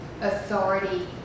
authority